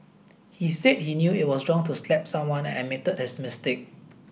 he said he knew it was wrong to slap someone and admitted his mistake